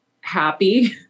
happy